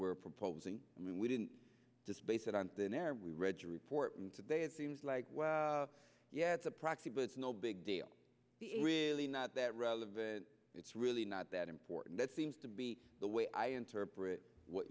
we're proposing we didn't just base it on thin air we read your report today it seems like yeah it's a proxy but it's no big deal really not that relevant it's really not that important that seems to be the way i interpret what